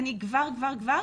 עוד רגע.